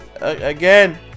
again